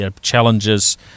challenges